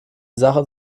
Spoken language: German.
sache